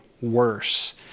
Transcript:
worse